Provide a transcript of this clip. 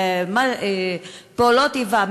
פעולות איבה,